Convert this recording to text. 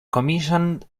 commissioned